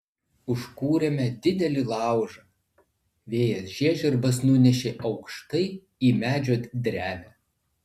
užkūrėme didelį laužą vėjas žiežirbas nunešė aukštai į medžio drevę